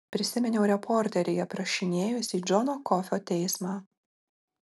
prisiminiau reporterį aprašinėjusį džono kofio teismą